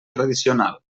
tradicional